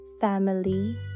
family